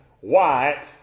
white